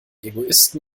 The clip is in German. egoisten